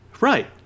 Right